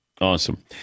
Awesome